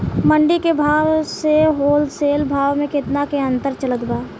मंडी के भाव से होलसेल भाव मे केतना के अंतर चलत बा?